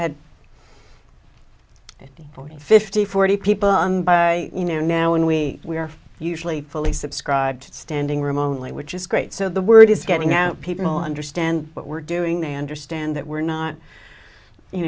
forty fifty forty people you know now when we we are usually fully subscribed to standing room only which is great so the word is getting out people understand what we're doing they understand that we're not you